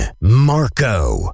Marco